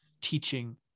teaching